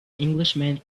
englishman